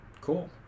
Cool